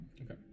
Okay